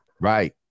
Right